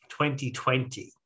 2020